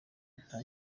nta